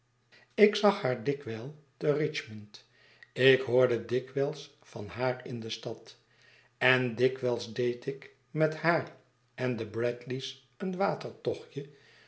ik zag haar dikwijlte richmond ik hoorde dikwijls van haar in de stad en dikwijls deed ik met haar en de brandley's een